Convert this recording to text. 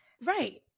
right